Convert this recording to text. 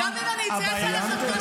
אף אחד לא רוצה --- כריזמה?